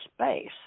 space